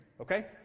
okay